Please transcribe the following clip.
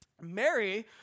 Mary